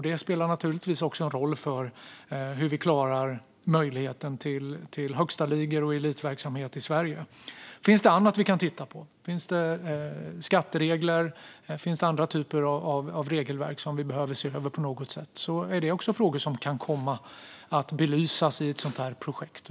Detta spelar naturligtvis roll för hur vi klarar möjligheten till högstaligor och elitverksamhet i Sverige. Finns det annat vi kan titta på? Finns det skatteregler? Finns det andra typer av regelverk som vi behöver se över på något sätt? Detta är frågor som också kan komma att belysas i ett sådant projekt.